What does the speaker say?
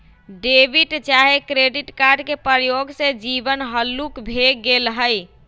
debit चाहे credit card के प्रयोग से जीवन हल्लुक भें गेल हइ